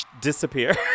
disappear